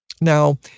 Now